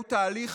זהו תהליך